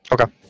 Okay